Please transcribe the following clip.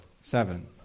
Seven